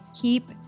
keep